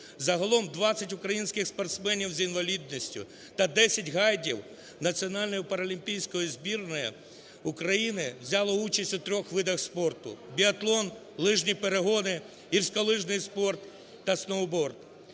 Загалом 20 українських спортсменів з інвалідністю та 10 гайдів Національної паралімпійської збірної України взяли участь у трьох видах спорту: біатлон, лижні перегони, гірськолижний спорт та сноуборд.